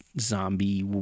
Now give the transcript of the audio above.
Zombie